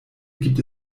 gibt